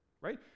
right